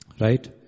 Right